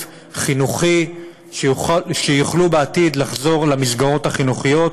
חינוכי כדי שיוכלו בעתיד לחזור למסגרות החינוכיות.